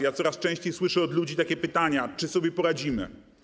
Ja coraz częściej słyszę od ludzi takie pytania: Czy sobie poradzimy?